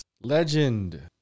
Legend